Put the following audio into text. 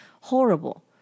horrible